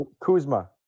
Kuzma